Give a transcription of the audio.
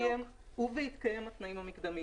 --- ובהתקיים התנאים המקדמיים.